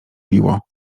biło